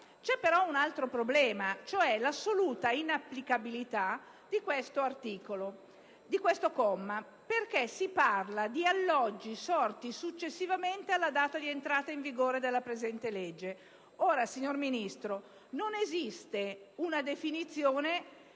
C'è però un altro problema, ovvero l'assoluta inapplicabilità di questo comma, perché si parla di alloggi sorti successivamente alla data di entrata in vigore della presente legge. Signor Ministro, non esiste una definizione